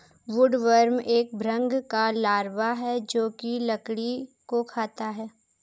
woodworm एक भृंग का लार्वा है जो की लकड़ी को खाता है